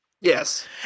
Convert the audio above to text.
Yes